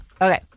okay